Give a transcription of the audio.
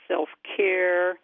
self-care